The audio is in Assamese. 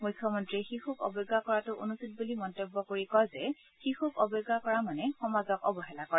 মুখ্যমন্ত্ৰীয়ে শিশুক অৱজ্ঞা কৰাটো অনুচিত বুলি মন্তব্য কৰি কয় যে শিশুক অৱজা কৰা মানে সমাজক অৱহেলা কৰা